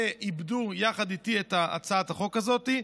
שעיבדו יחד איתי את הצעת החוק הזאת,